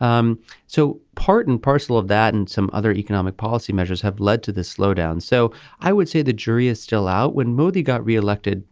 um so part and parcel of that and some other economic policy measures have led to the slowdown. so i would say the jury is still out when modi got re-elected